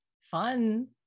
Fun